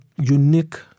unique